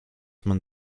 man